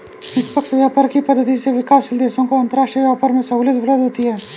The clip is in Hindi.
निष्पक्ष व्यापार की पद्धति से विकासशील देशों को अंतरराष्ट्रीय व्यापार में सहूलियत उपलब्ध होती है